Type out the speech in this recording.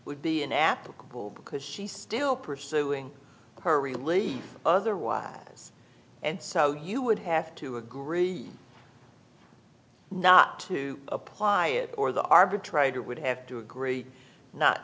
would be inapplicable because she's still pursuing her relief otherwise and so you would have to agree not to apply it or the arbitrator would have to agree not